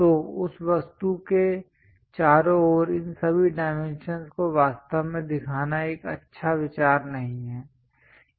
तो उस वस्तु के चारों ओर इन सभी डाइमेंशंस को वास्तव में दिखाना एक अच्छा विचार नहीं है